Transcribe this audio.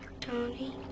tony